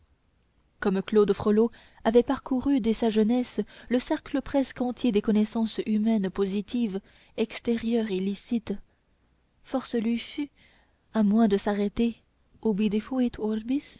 comme claude frollo avait parcouru dès sa jeunesse le cercle presque entier des connaissances humaines positives extérieures et licites force lui fut à moins de s'arrêter ubi